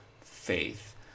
faith